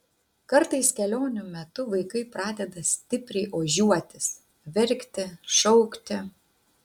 kartais kelionių metu vaikai pradeda stipriai ožiuotis verkti šaukti